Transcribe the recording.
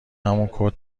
همون